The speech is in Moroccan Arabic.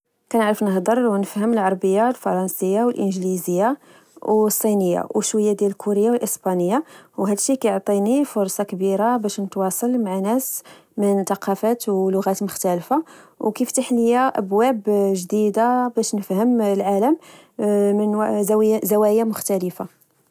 كنعرف نهضر ونفهم العربية، الفرنسية، الإنجليزية، الصينية، وشوية ديال الكورية، والإسبانية، وهاد الشي كيعطيني فرص كبيرة باش نتواصل مع ناس من ثقافات ولغات مختلفة. وكتفتح لي أبواب جديدة باش نفهم العالم من زوايا مختلف